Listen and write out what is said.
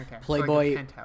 Playboy